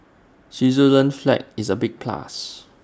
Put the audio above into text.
Switzerland's flag is A big plus